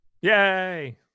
Yay